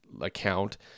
account